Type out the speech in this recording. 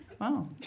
Wow